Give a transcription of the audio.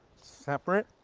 separate.